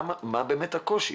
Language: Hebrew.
מה באמת הקושי,